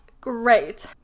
Great